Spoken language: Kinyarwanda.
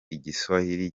igiswahili